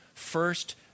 First